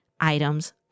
items